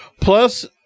Plus